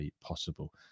possible